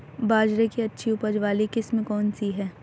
बाजरे की अच्छी उपज वाली किस्म कौनसी है?